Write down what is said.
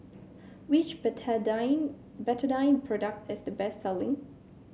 which Betadine Betadine product is the best selling